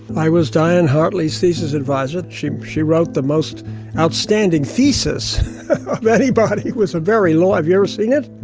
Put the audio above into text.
i was diane hartley's thesis adviser. she she wrote the most outstanding thesis anybody, was very long, have you ever seen it?